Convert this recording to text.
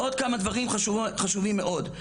עוד כמה דברים חשובים מאוד,